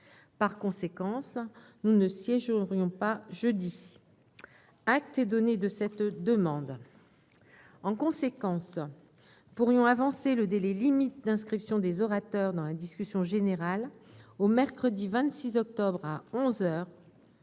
Par conséquent, nous ne siégerions pas jeudi. Acte est donné de cette demande. En conséquence, nous pourrions avancer le délai limite d'inscription des orateurs dans la discussion générale du projet de loi autorisant